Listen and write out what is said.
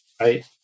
right